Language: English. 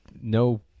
no